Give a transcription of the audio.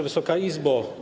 Wysoka Izbo!